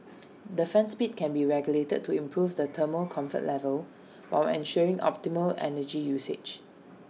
the fan speed can be regulated to improve the thermal comfort level while ensuring optimal energy usage